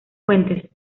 fuentes